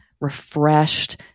refreshed